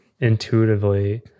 intuitively